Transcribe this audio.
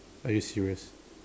are you serious